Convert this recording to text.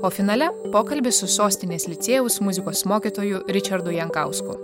o finale pokalbis su sostinės licėjaus muzikos mokytoju ričardu jankausku